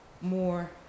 more